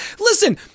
Listen